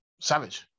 Savage